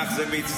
כך זה מצטייר,